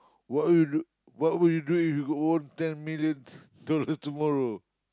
what would you do what would do if you go won ten millions dollar tomorrow